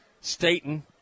Staten